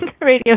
radio